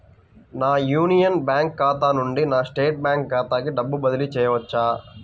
నా Union Bank ఖాతా నుండి నా స్టేట్ బ్యాంకు ఖాతాకి డబ్బు బదిలి చేయవచ్చా?